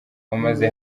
wamaze